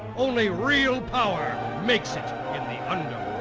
only real power makes it in the and